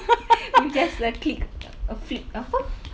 with just a click a a flip apa